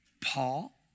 Paul